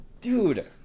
Dude